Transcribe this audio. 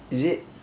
is it